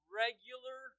regular